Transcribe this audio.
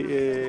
נמנעים.